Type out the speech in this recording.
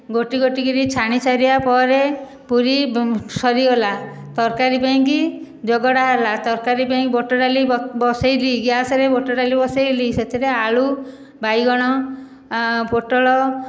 ଗୋଟିଏ ଗୋଟିଏ କରି ଛାଣି ସାରିବା ପରେ ପୁରୀ ସରିଗଲା ତରକାରି ପାଇଁ କି ଯୋଗାଡ଼ ହେଲା ତରକାରି ପାଇଁ ବୁଟ ଡାଲି ବସାଇଲି ଗ୍ୟାସରେ ବୁଟଡ଼ାଲି ବସାଇଲି ସେଥିରେ ଆଳୁ ବାଇଗଣ ପୋଟଳ